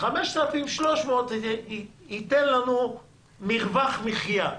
5,300 ייתן לנו מרווח מחיה.